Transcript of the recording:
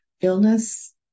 illness